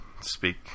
Speak